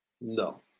No